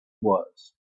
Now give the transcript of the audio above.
was